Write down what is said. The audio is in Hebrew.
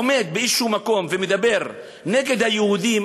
היה עומד באיזה מקום ומדבר נגד היהודים,